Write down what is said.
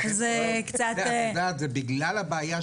אני איש חינוך לשעבר,